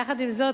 יחד עם זאת,